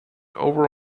over